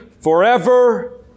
forever